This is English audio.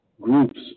groups